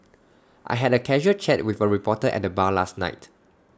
I had A casual chat with A reporter at the bar last night